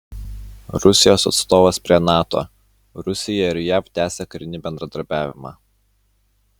rusijos atstovas prie nato rusija ir jav tęsia karinį bendradarbiavimą